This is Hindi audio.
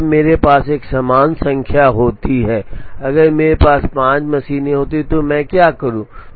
अब जब मेरे पास एक समान संख्या होती है अगर मेरे पास 4 मशीनें होती हैं तो मैं क्या करूं